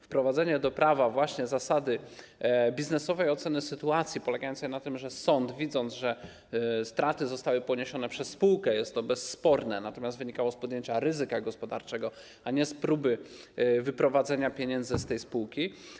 Wprowadzenie do prawa zasady biznesowej oceny sytuacji polegającej na tym, że sąd, widzi, iż straty zostały poniesione przez spółkę, jest to bezsporne, natomiast wie też, że wynikało to z podjęcia ryzyka gospodarczego, a nie z próby wyprowadzenia pieniędzy z tej spółki.